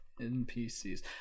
NPCs